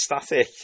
Static